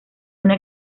una